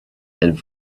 and